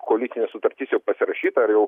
koalicinė sutartis jau pasirašyta ir jau